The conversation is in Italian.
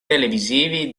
televisivi